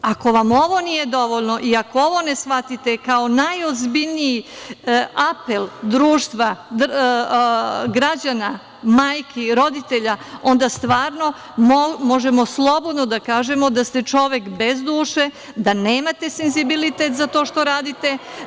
Ako vam ovo nije dovoljno i ako ovo ne shvatite kao najozbiljniji apel društva, građana, majki, roditelja, onda stvarno možemo slobodno da kažemo da ste čovek bez duše, da nemate senzibilitet za to što radite.